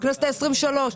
הכנסת העשרים-ושלוש.